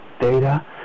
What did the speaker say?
data